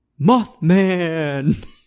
Mothman